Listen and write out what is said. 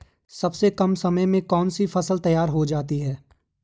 सबसे कम समय में कौन सी फसल तैयार हो जाती है?